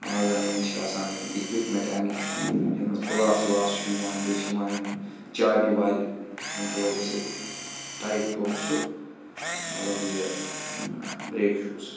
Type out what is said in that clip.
ٲ زَن یِم چھِ آسان یِم اِکوِپمٮ۪نٛٹ اَمِکۍ یَتھ منٛز پٕلاس وٕلاس چھُ یِوان بیٚیہِ چھِ یِوان یِم چابہِ وابہِ ییٚمہِ کہِ وَجہ سۭتۍ ٹایِٹ تو مےٚ سُہ مطلب یہِ برٛیک شوٗز